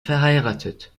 verheiratet